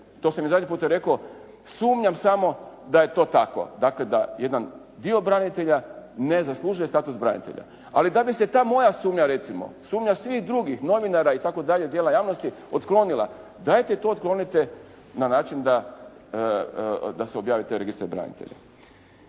to sam i zadnji puta rekao, sumnjam samo da je to tako. Dakle da jedan dio branitelja ne zaslužuje status branitelja. Ali da bi se ta moja sumnja recimo, sumnja svih drugih novinara itd. dijela javnosti otklonila, dajte to otklonite na način da se objavi taj registar branitelja.